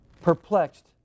Perplexed